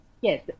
yes